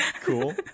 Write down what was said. cool